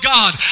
God